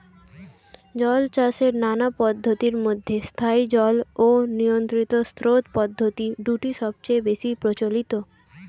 জলচাষের নানা পদ্ধতির মধ্যে স্থায়ী জল ও নিয়ন্ত্রিত স্রোত পদ্ধতি দুটি সবচেয়ে বেশি প্রচলিত